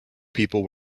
people